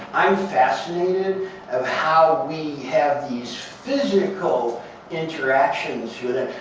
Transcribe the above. i'm fascinated of how we have these physical interactions with it.